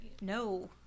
No